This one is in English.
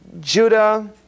Judah